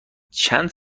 چند